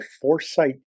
Foresight